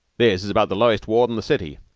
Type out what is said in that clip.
this is about the lowest ward in the city.